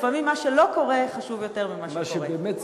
לפעמים מה שלא קורה חשוב יותר ממה שקורה.